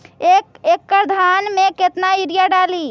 एक एकड़ धान मे कतना यूरिया डाली?